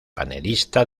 panelista